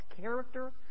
character